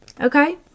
Okay